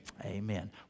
Amen